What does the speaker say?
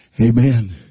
Amen